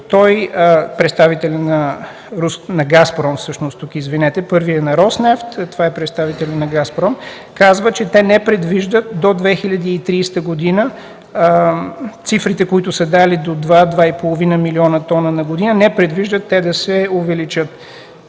– представителят на „Газпром”, първият е „Роснефт”, това е представителят на „Газпром” – казва, че те не предвиждат до 2030 г. цифрите, които са дали до два-два и половина милиона тона на година, не предвиждат те да се увеличат.